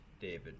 David